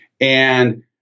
And-